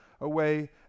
away